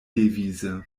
devise